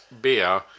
beer